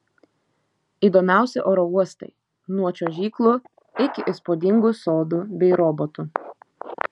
įdomiausi oro uostai nuo čiuožyklų iki įspūdingų sodų bei robotų